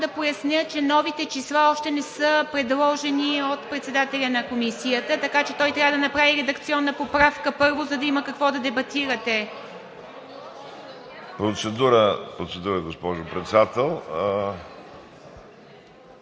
да поясня, че новите числа още не са предложени от председателя на Комисията, така че той трябва да направи редакционна поправка първо, за да има какво да дебатирате. ГЕОРГИ МИХАЙЛОВ (БСП за